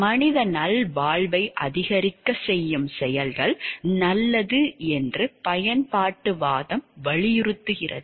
மனித நல்வாழ்வை அதிகரிக்கச் செய்யும் செயல்கள் நல்லது என்று பயன்பாட்டுவாதம் வலியுறுத்துகிறது